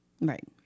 right